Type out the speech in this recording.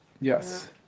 Yes